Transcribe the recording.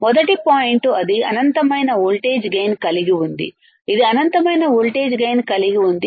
మొదటి పాయింట్ అది అనంతమైన వోల్టేజ్ గైన్ కలిగి ఉంది ఇది అనంతమైన వోల్టేజ్ గైన్ కలిగి ఉంది